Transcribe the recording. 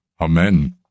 Amen